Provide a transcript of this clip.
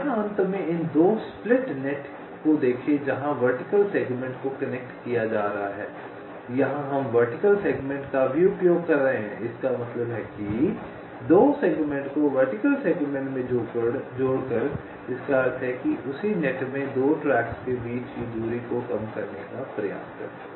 यहाँ अंत में इन 2 स्प्लिट नेट को देखें जहाँ वर्टिकल सेग्मेंट को कनेक्ट किया जा रहा है यहाँ हम वर्टिकल सेगमेंट का भी उपयोग कर रहे हैं इसका मतलब है कि 2 सेगमेंट को वर्टिकल सेगमेंट में जोड़कर इसका अर्थ है उसी नेट में 2 ट्रैक्स के बीच की दूरी को कम करने का प्रयास करें